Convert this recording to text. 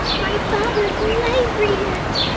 my father's lay reader.